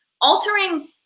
altering